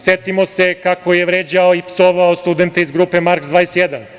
Setimo se kako je vređao i psovao studente iz grupe „Marks 21“